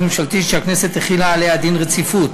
ממשלתית שהכנסת החילה עליה דין רציפות.